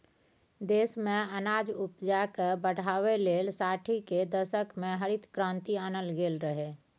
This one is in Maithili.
देश मे अनाज उपजाकेँ बढ़ाबै लेल साठि केर दशक मे हरित क्रांति आनल गेल रहय